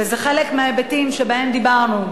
וזה חלק מההיבטים שבהם דיברנו,